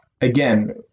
Again